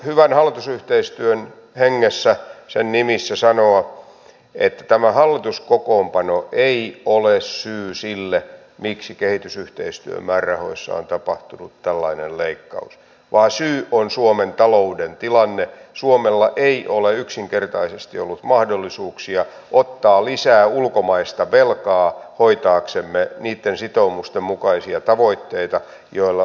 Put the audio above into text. minun on vähän vaikea nähdä millä tavalla tämä yhtälö oikein aiotaan toteuttaa kun samaan aikaan kun meidän pitäisi kehittää uutta ja vastata näihin uusiin haasteisiin ja myös mahdollisuuksiin me syömme tätä pohjaa jonka avulla meidän pitäisi tätä uutta elinkeinopohjaa sitten rakentaa